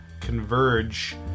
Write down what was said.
converge